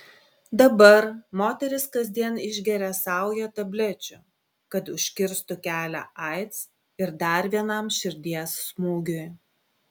dabar moteris kasdien išgeria saują tablečių kad užkirstų kelią aids ir dar vienam širdies smūgiui